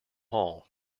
hall